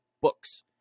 books